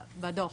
בדו"ח.